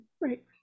Right